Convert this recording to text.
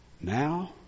Now